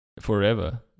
...forever